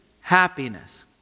Happiness